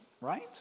right